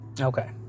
Okay